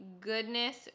goodness